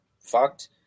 fucked